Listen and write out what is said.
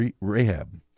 Rahab